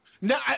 Now